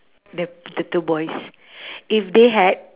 the the two boys if they had